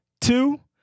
two